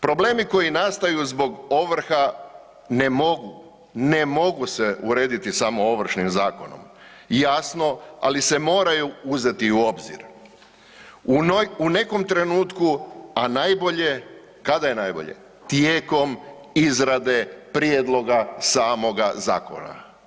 Problemi koji nastaju zbog ovrha ne mogu, ne mogu se urediti samo Ovršnim zakonom jasno, ali se moraju uzeti u obzir u nekom trenutku, a najbolje, kada je najbolje, tijekom izrade prijedloga samoga zakona.